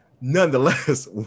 nonetheless